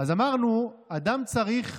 אז אמרנו, אדם צריך